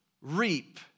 Reap